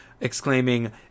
exclaiming